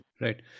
Right